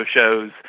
shows